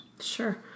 Sure